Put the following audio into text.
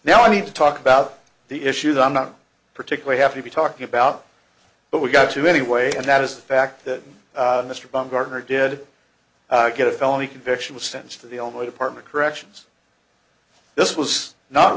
now i mean to talk about the issues i'm not particularly have to be talking about but we got to anyway and that is the fact that mr bumgarner did get a felony conviction of sense for the only department corrections this was not